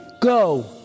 go